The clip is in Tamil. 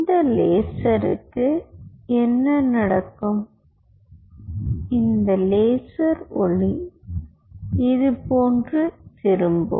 இந்த லேசருக்கு என்ன நடக்கும் இந்த லேசர் ஒளி இது போன்று திரும்பும்